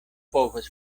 povas